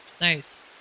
Nice